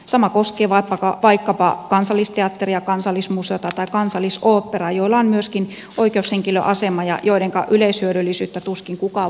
sama koskee vaikkapa kansallisteatteria kansallismuseota tai kansallisoopperaa joilla on myöskin oikeushenkilön asema ja joiden yleishyödyllisyyttä tuskin kukaan voi kiistää